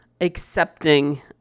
accepting